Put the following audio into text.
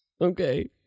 okay